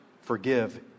forgive